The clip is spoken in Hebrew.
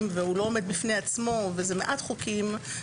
והוא לא עומד בפני עצמו וזה מעט חוקים,